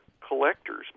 collectors